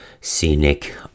scenic